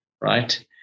right